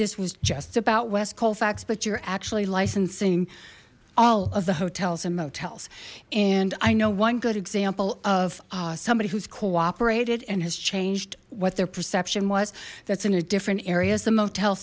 this was just about west colfax but you're actually licensing all of the hotels and motels and i know one good example of somebody who's cooperated and has changed what their perception was that's in a different areas the motel